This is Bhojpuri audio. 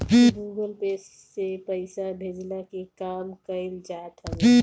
गूगल पे से पईसा भेजला के काम कईल जात हवे